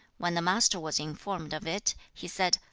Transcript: when the master was informed of it, he said,